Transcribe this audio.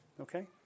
Okay